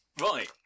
Right